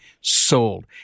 sold